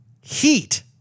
Heat